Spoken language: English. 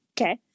Okay